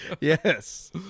yes